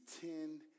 ten